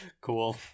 Cool